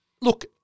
Look